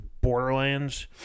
Borderlands